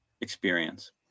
experience